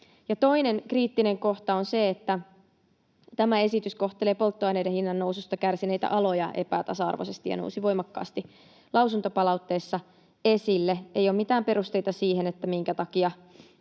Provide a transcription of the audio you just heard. Toinen kriittinen kohta on se, että tämä esitys kohtelee polttoaineiden hinnan noususta kärsineitä aloja epätasa-arvoisesti, ja se nousi voimakkaasti lausuntopalautteessa esille. Ei ole mitään perusteita sille, minkä takia